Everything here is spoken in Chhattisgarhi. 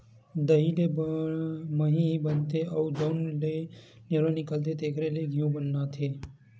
दही ले मही बनथे अउ जउन लेवना निकलथे तेखरे ले घींव बनाथे